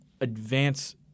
advance